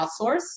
outsource